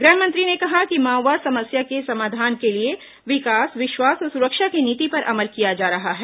गृह मंत्री ने कहा कि माओवाद समस्या के समाधान के लिए विकास विश्वास और सुरक्षा की नीति पर अमल किया जा रहा है